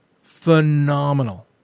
phenomenal